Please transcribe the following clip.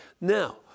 Now